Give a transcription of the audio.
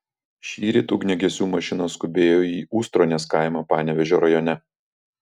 šįryt ugniagesių mašinos skubėjo į ustronės kaimą panevėžio rajone